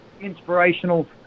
inspirational